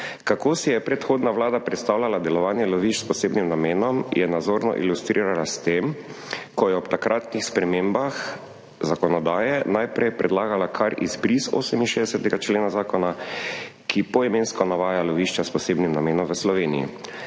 Kako si je predhodna Vlada predstavljala delovanje lovišč s posebnim namenom, je nazorno ilustrirala s tem, ko je ob takratnih spremembah zakonodaje najprej predlagala kar izbris 68. člena zakona, ki poimensko navaja lovišča s posebnim namenom v Sloveniji.